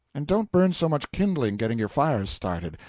and don't burn so much kindling getting your fire started.